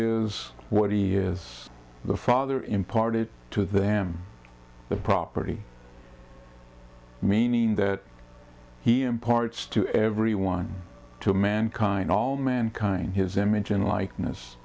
is what he is the father imparted to them the property meaning that he imparts to every one to mankind all mankind his image and likeness